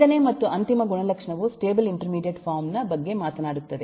5 ನೇ ಮತ್ತು ಅಂತಿಮ ಗುಣಲಕ್ಷಣವು ಸ್ಟೇಬಲ್ ಇಂಟರ್ಮೀಡಿಯೇಟ್ ಫಾರಂ ನ ಬಗ್ಗೆ ಮಾತನಾಡುತ್ತದೆ